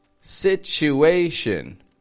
Situation